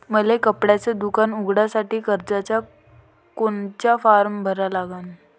मले कपड्याच दुकान उघडासाठी कर्जाचा कोनचा फारम भरा लागन?